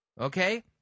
Okay